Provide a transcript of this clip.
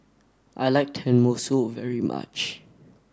I like Tenmusu very much